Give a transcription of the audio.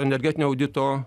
energetinio audito